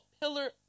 pillar